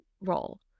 role